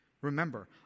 Remember